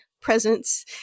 presence